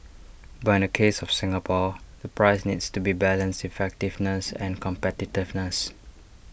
but in the case of Singapore the price needs to be balance effectiveness and competitiveness